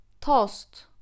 Toast